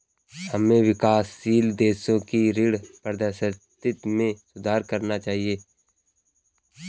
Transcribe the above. हमें विकासशील देशों की ऋण पारदर्शिता में सुधार करना चाहिए